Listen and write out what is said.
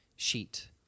Sheet